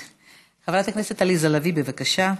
חברת הכנסת עליזה לביא, בבקשה.